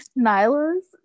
Nyla's